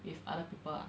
with other people ah